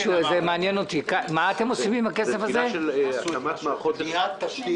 מבחינת החקיקה